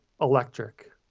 electric